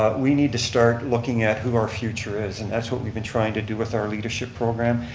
we need to start looking at who are future is. and that's what we've been trying to do with our leadership program.